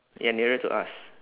ya nearer to us